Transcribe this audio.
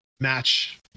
match